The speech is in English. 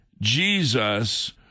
Jesus